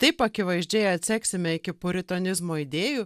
taip akivaizdžiai atseksime iki puritonizmo idėjų